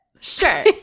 sure